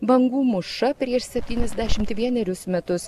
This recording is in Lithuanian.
bangų mūša prieš septyniasdešimt vienerius metus